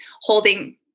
holding